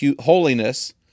holiness